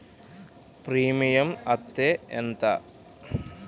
Premium అత్తే ఎంత?